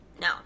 No